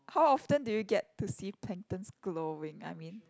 how often do you get to see planktons glowing I mean